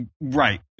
right